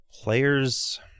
players